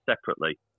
separately